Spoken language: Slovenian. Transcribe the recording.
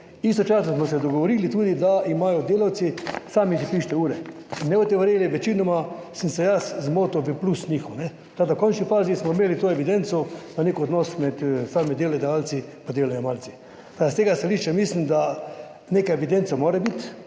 Istočasno smo se dogovorili tudi, da imajo delavci sami si pišite ure in ne boste verjeli, večinoma sem se jaz zmotil v plus njih, kajne. Tako, da v končni fazi smo imeli to evidenco pa nek odnos med samimi delodajalci pa delojemalci. Tako, da s tega stališča mislim, da neka evidenca mora biti,